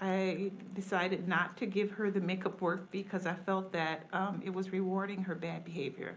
i decided not to give her the make-up work, because i felt that it was rewarding her bad behavior.